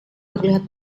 terlihat